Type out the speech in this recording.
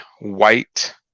white